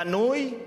בנוי,